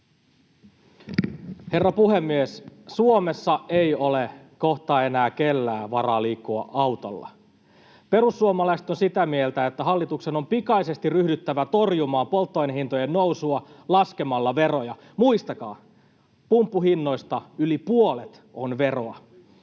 Herra puhemies! Suomessa ei ole kohta enää kellään varaa liikkua autolla. Perussuomalaiset ovat sitä mieltä, että hallituksen on pikaisesti ryhdyttävä torjumaan polttoainehintojen nousua laskemalla veroja. Muistakaa: pumppuhinnoista yli puolet on veroa.